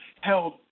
held